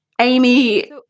Amy